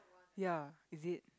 ya is it